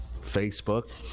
Facebook